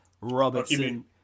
Robertson